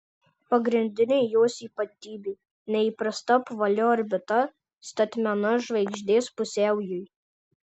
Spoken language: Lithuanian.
pagrindinė jos ypatybė neįprasta apvali orbita statmena žvaigždės pusiaujui